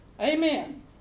Amen